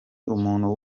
umuntu